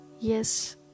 Yes